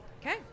Okay